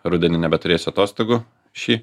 rudenį nebeturėsiu atostogų šį